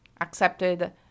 accepted